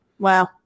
Wow